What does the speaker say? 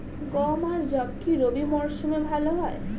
গম আর যব কি রবি মরশুমে ভালো হয়?